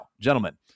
gentlemen